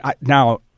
now